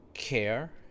Care